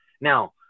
Now